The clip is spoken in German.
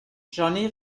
johnny